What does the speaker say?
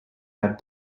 have